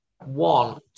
One